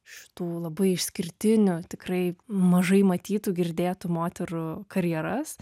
šitų labai išskirtinių tikrai mažai matytų girdėtų moterų karjeras